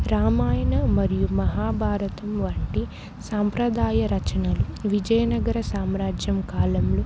రామాయణ మరియు మహాభారతం వంటి సాంప్రదాయ రచనలు విజయనగర సామ్రాజ్యం కాలంలో